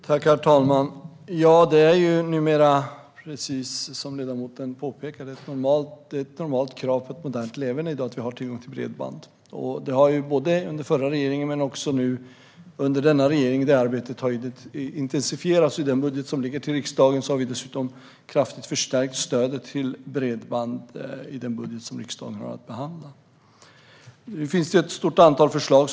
Herr talman! Ja, det är numera, precis som ledamoten påpekade, ett normalt krav på ett modernt leverne att vi har tillgång till bredband. Det har arbetats med det både under den förra regeringen och under denna regering. Det arbetet har intensifierats. Vi har dessutom kraftigt förstärkt stödet till bredband i den budget som riksdagen har att behandla. Det kommer ett stort antal förslag.